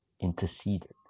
interceded